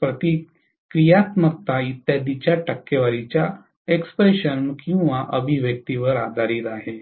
प्रतिक्रियात्मकता इत्यादी च्या टक्केवारीच्या अभिव्यक्तीवर आधारित आहे